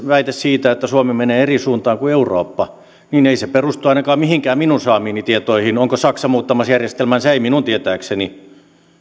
väite siitä että suomi menee eri suuntaan kuin eurooppa ei perustu ainakaan mihinkään minun saamiini tietoihin onko saksa muuttamassa järjestelmäänsä ei minun tietääkseni onko